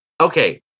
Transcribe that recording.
Okay